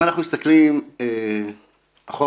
אם אנחנו מסתכלים אחורה,